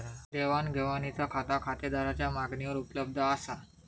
देवाण घेवाणीचा खाता खातेदाराच्या मागणीवर उपलब्ध असा